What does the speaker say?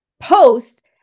post